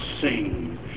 sing